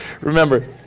Remember